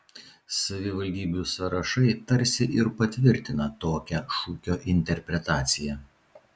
savivaldybių sąrašai tarsi ir patvirtina tokią šūkio interpretaciją